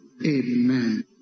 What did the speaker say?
Amen